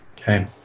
Okay